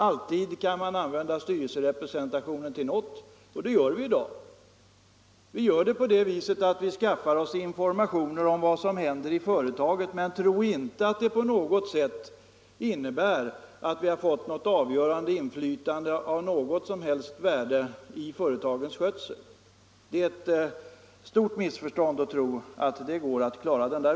Alltid kan man använda styrelserepresentationen till något, och det gör vi i dag — vi skaffar oss informationer om vad som händer i företaget. Men tro inte att det innebär att vi har fått något som helst avgörande inflytande i fråga om företagets skötsel. Det är ett stort miss Nr 138 förstånd att tro att ett sådant inflytande kan åstadkommas den vägen.